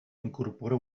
incorpora